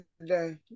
today